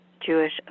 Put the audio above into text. Jewish